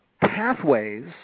pathways